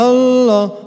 Allah